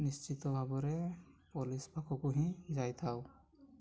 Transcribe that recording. ନିଶ୍ଚିତ ଭାବରେ ପୋଲିସ୍ ପାଖକୁ ହିଁ ଯାଇଥାଉ